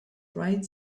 bright